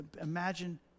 Imagine